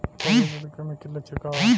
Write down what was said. पोषक तत्व के कमी के लक्षण का वा?